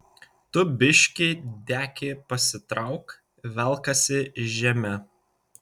tu biškį dekį pasitrauk velkasi žeme